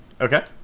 okay